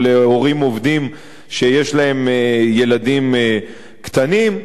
או להורים עובדים שיש להם ילדים קטנים.